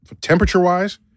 temperature-wise